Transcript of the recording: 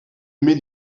animés